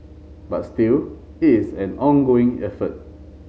but still it is an ongoing effort